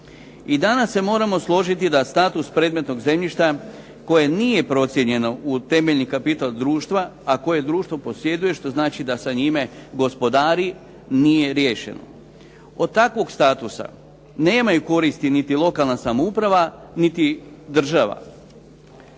I danas se moramo složiti da status predmetnog zemljišta koje nije procijenjeno u temeljni kapital društva, a koje društvo posjeduje, što znači da sa njime gospodari, nije riješeno. Od takvog statusa nemaju koristi niti lokalna samouprava niti država.